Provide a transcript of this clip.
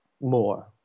more